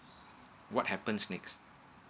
what happens next